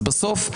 אז בסוף,